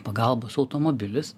pagalbos automobilis